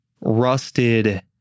rusted